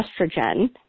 estrogen